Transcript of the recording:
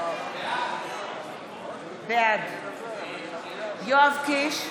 בעד יואב קיש,